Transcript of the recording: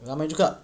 ramai juga